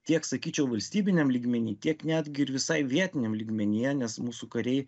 tiek sakyčiau valstybiniam lygmeny tiek netgi ir visai vietiniam lygmenyje nes mūsų kariai